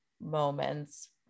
moments